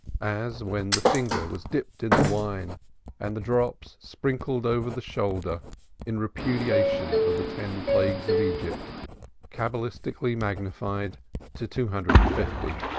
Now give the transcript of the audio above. as when the finger was dipped in the wine and the drops sprinkled over the shoulder in repudiation of the ten plagues of egypt cabalistically magnified to two hundred and fifty